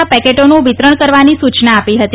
ના પેકેટોનું વિતરણ કરવાની સૂચના આપી હતી